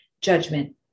judgment